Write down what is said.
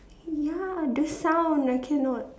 ya the sound I cannot